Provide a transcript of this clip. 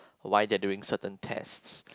why they're doing certain test